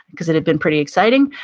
because it had been pretty exciting,